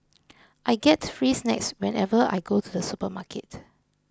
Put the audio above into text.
I get free snacks whenever I go to the supermarket